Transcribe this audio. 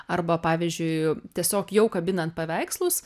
arba pavyzdžiui tiesiog jau kabinant paveikslus